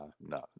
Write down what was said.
no